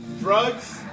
drugs